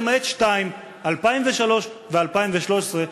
למעט שתיים: 2003 ו-2013,